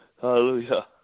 Hallelujah